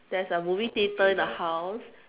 there is a movie theater in the house